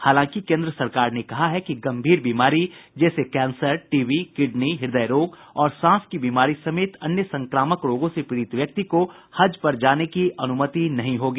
हालांकि केन्द्र सरकार ने कहा है कि गंभीर बीमारी जैसे कैंसर टीबी किडनी हृद्य रोग और सांस की बीमारी समेत अन्य संक्रामक रोगों से पीड़ित व्यक्ति को हज पर जाने की अनुमति नहीं होगी